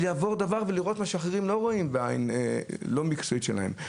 לעבור דבר-דבר ולראות מה שאחרים לא רואים בעין הלא מקצועית שלהם.